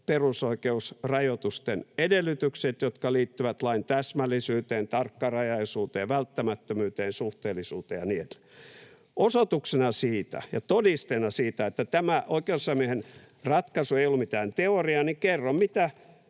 perusoikeusrajoitusten edellytykset, jotka liittyvät lain täsmällisyyteen, tarkkarajaisuuteen, välttämättömyyteen, suhteellisuuteen ja niin edelleen. Osoituksena siitä ja todisteena siitä, että tämä oikeusasiamiehen ratkaisu ei ollut mitään teoriaa, kerron,